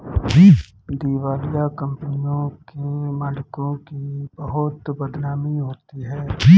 दिवालिया कंपनियों के मालिकों की बहुत बदनामी होती है